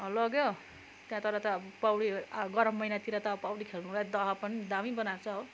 लग्यो त्यहाँ तल त पौडी गरम महिनातिर त पौडी खेल्नुलाई दह पनि दामी बनाएको छ हो